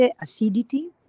acidity